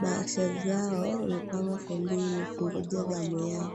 bahasha zao wamepanga foleni kungoja zamu yao.